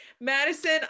madison